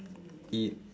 eat